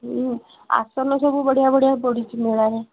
ହୁଁ ଆସନ ସବୁ ବଢ଼ିଆ ବଢ଼ିଆ ପଡ଼ିଛି ମେଳାରେ